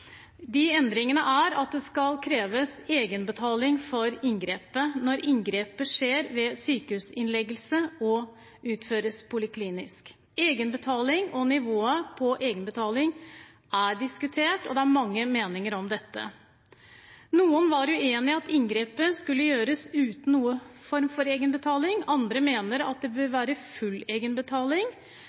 De endringene er at det skal kreves egenbetaling for inngrepet når inngrepet skjer ved sykehusinnleggelse og utføres poliklinisk. Egenbetaling og nivået på egenbetalingen er diskutert, og det er mange meninger om dette. Noen var uenige i at inngrepet skulle gjøres uten noen form for egenbetaling, andre mener at det bør være full egenbetaling,